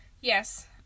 Yes